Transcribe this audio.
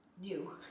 new